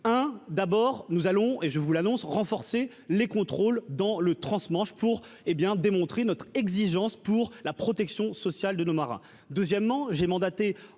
d'abord nous allons et je vous l'annonce : renforcer les contrôles dans le transmanche pour hé bien démontrer notre exigence pour la protection sociale de nos marins, deuxièmement